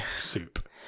soup